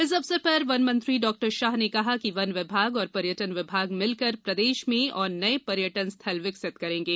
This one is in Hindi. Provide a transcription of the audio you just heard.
इस अवसर पर वन मंत्री डॉ शाह ने कहा कि वन विभाग एवं पर्यटन विभाग मिलकर प्रदेश में और नए पर्यटन स्थल विकसित करेंगे